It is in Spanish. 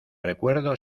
recuerdo